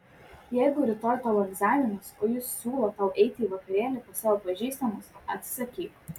jeigu rytoj tau egzaminas o jis siūlo tau eiti į vakarėlį pas savo pažįstamus atsisakyk